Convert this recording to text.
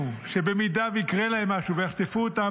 שבמידה שיקרה להם משהו ויחטפו אותם,